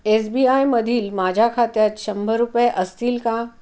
S B आयमधील माझ्या खात्यात शंभर रुपये असतील का